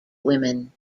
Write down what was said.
women